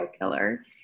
killer